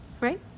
Right